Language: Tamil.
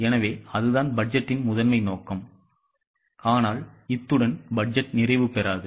எனவே அதுதான் பட்ஜெட்டின் முதன்மை நோக்கம் ஆனால் இத்துடன் பட்ஜெட் நிறைவு பெறாது